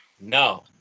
No